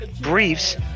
briefs